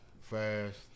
fast